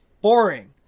boring